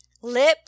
Lip